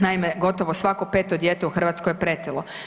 Naime, gotovo svako 5. dijete u Hrvatskoj je pretilo.